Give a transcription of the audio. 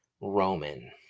Roman